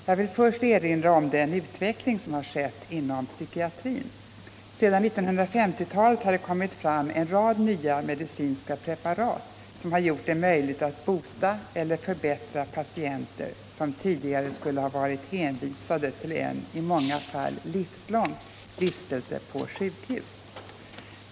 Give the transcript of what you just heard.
Jag vill först erinra om den utveckling som har skett inom psykiatrin. Sedan 1950-talet har det kommit fram en rad nya medicinska preparat som har gjort det möjligt att bota eller förbättra patienter som tidigare skulle ha varit hänvisade till en i många fall livslång vistelse på sjukhus.